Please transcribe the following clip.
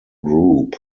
group